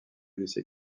lycée